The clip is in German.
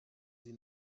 sie